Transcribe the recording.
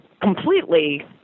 completely